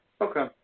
Okay